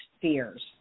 fears